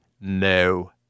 no